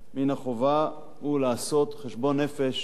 מן החובה לעשות חשבון נפש,